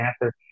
answer